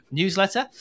newsletter